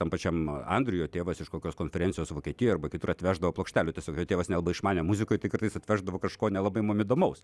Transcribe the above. tam pačiam andriui jo tėvas iš kokios konferencijos vokietijoj arba kitur atveždavo plokštelių tiesiog jo tėvas nelabai išmanė muziką tai kartais atveždavo kažko nelabai mum įdomaus